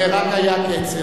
רק קצר.